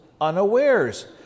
unawares